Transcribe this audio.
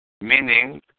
meaning